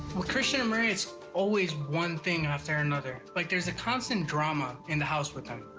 with christian and maria, it's always one thing after another, like there's a constant drama in the house with them.